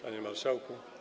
Panie Marszałku!